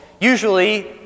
usually